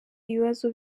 ibibazo